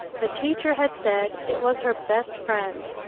the teacher had said it was her best friend,